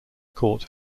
court